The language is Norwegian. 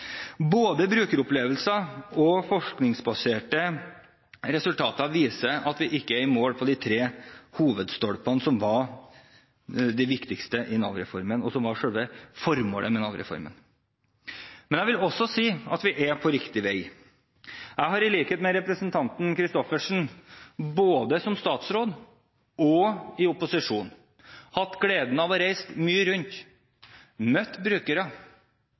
Både brukeropplevelser og forskningsbaserte resultater viser at vi ikke er i mål med de tre viktigste hovedstolpene i Nav-reformen, og som var selve formålet med den. Men jeg vil si at vi er på riktig vei. Jeg har, i likhet med representanten Christoffersen, hatt gleden av å reise mye rundt og møte brukere, både som statsråd og i opposisjon.